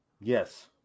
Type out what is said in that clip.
yes